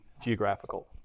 geographical